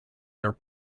their